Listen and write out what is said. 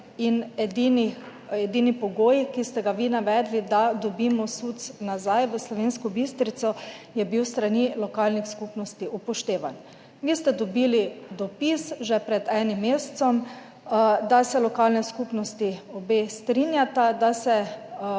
in edini pogoj, ki ste ga vi navedli, da dobimo SUC nazaj v Slovensko Bistrico, je bil s strani lokalnih skupnosti upoštevan. Vi ste dobili dopis že pred enim mesecem, da se obe lokalni skupnosti strinjata, da se